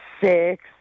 Six